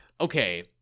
Okay